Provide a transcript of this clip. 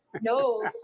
No